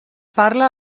parla